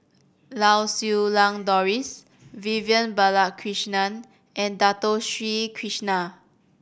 Lau Siew Lang Doris Vivian Balakrishnan and Dato Sri Krishna